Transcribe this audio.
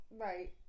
right